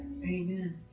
Amen